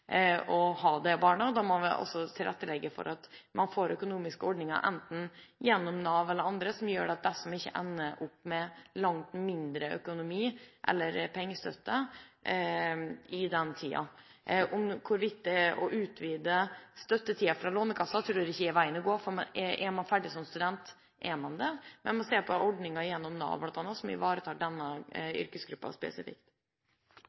økonomiske ordninger – enten gjennom Nav eller andre – som gjør at disse ikke ender opp med langt dårligere økonomi, eller mindre pengestøtte i den tiden. Jeg tror ikke det å utvide støttetiden fra Lånekassen er veien å gå. Er man ferdig som student, så er man det. Men man kan se på ordninger i Nav som kan ivareta denne